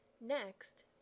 Next